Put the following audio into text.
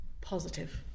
positive